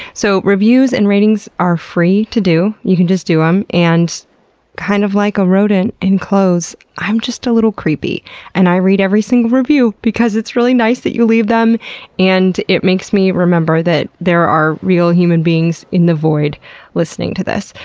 so reviews and ratings are free to do. you can just do em. and kinda kind of like a rodent in clothes, i'm just a little creepy and i read every single review, because it's really nice that you leave them and it makes me remember that there are real human beings in the void listening to this.